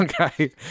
Okay